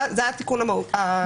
זה התיקון המהותי.